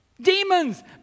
Demons